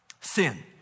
sin